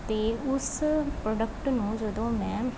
ਅਤੇ ਉਸ ਪ੍ਰੋਡਕਟ ਨੂੰ ਜਦੋਂ ਮੈਂ